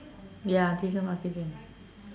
ya digital marketing